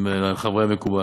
אם על חברי מקובל.